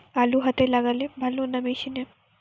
আলু হাতে লাগালে ভালো না মেশিনে?